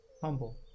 humble